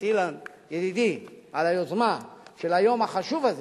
אילן ידידי על היוזמה של היום החשוב הזה,